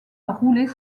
rouler